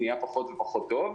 נהיה פחות ופחות טוב,